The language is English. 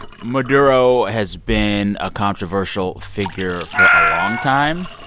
maduro has been a controversial figure for a long time.